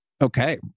Okay